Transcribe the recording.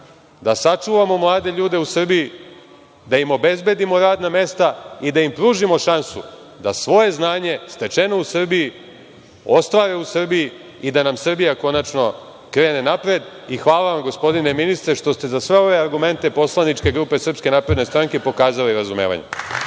da sačuvamo mlade ljude u Srbiji, da im obezbedimo radna mesta i da im pružimo šansu da svoje znanje, stečeno u Srbiji, ostvare u Srbiji i da nam Srbija konačno krene napred. Hvala vam, gospodine ministre, što ste za sve ove argumente poslaničke grupe SNS pokazali razumevanje.